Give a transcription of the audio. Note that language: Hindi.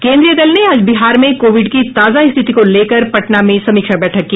केंद्रीय दल ने आज बिहार में कोविड की ताजा स्थिति को लेकर पटना में समीक्षा बैठक की